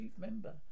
member